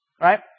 Right